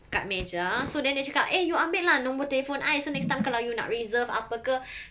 kat meja so then dia cakap eh you ambil lah nombor telephone I so next time kalau you nak reserve apa ke